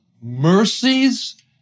mercies